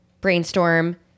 brainstorm